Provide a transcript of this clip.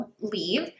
leave